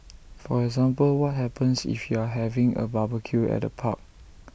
for example what happens if you're having A barbecue at A park